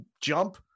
jump